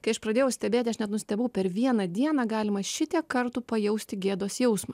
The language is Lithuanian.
kai aš pradėjau stebėti aš nenustebau per vieną dieną galima šitiek kartų pajausti gėdos jausmą